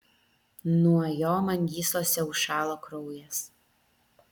nuo jo man gyslose užšalo kraujas